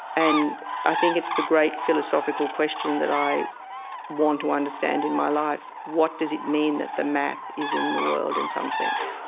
and i think it's the great philosophical question that i want to understand in my life. what does it mean that the math is in the world in some sense?